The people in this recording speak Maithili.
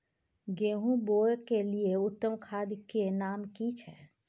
गेहूं बोअ के लिये उत्तम खाद के नाम की छै?